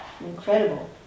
Incredible